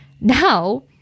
Now